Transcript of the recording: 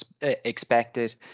expected